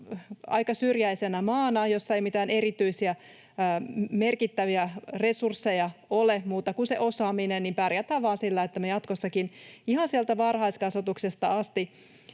aika syrjäisenä maana, jossa ei ole mitään erityisiä, merkittäviä resursseja muuta kuin se osaaminen, pärjätään vain sillä, että me jatkossakin ihan sieltä varhaiskasvatuksesta asti